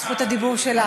זכות הדיבור שלה.